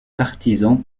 partisans